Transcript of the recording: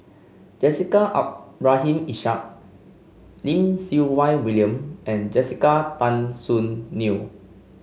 Jessica Abdul Rahim Ishak Lim Siew Wai William and Jessica Tan Soon Neo